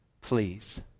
please